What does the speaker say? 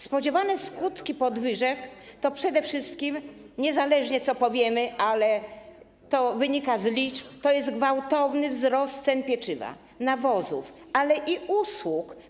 Spodziewane skutki podwyżek to przede wszystkim - niezależnie od tego, co powiemy, to wynika z liczb - gwałtowny wzrost cen pieczywa, nawozów, ale i usług.